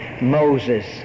Moses